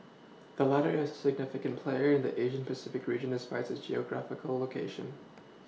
the latter is a significant player in the Asia Pacific region despite its geographical location